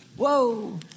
Whoa